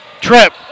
Trip